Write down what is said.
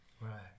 right